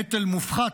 נטל מופחת,